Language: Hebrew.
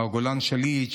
מר גולן שליט,